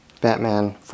Batman